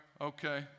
Okay